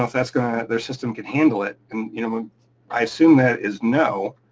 ah that's gonna. their system could handle it, and you know i assume that is no,